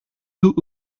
taux